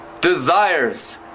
desires